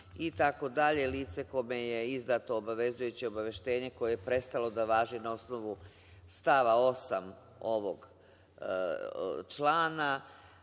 lice kome je izdato obavezujuće obaveštenje koje je prestalo da važi na osnovu stava 8. ovog člana